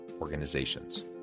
Organizations